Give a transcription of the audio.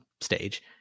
stage